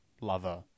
lover